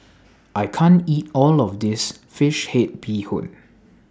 I can't eat All of This Fish Head Bee Hoon